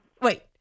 Wait